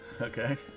Okay